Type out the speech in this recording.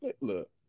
Look